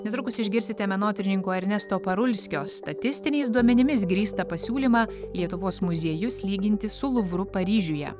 netrukus išgirsite menotyrininko ernesto parulskio statistiniais duomenimis grįstą pasiūlymą lietuvos muziejus lyginti su luvru paryžiuje